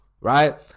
right